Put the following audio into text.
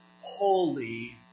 holy